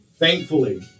Thankfully